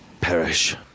perish